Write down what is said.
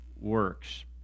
works